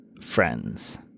friends